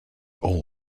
all